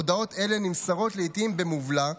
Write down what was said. להודיע ללקוחותיהם על שינויים בתנאי ניהול החשבון,